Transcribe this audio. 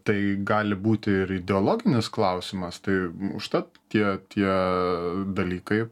tai gali būti ir ideologinis klausimas tai užtat tie tie dalykai